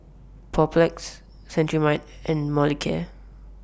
Papulex Cetrimide and Molicare